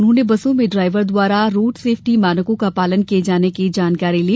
उन्होंने बसों में ड्राइवर द्वारा रोड सेफ्टी मानकों का पालन किये जाने की जानकारी ली